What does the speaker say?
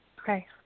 Okay